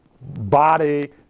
body